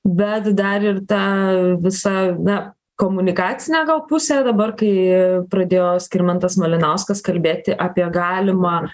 bet dar ir ta visa na komunikacinė gal pusė dabar kai pradėjo skirmantas malinauskas kalbėti apie galimą